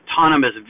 autonomous